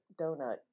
donut